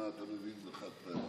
מה אתה מבין בחד-פעמי?